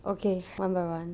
okay one by one